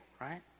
right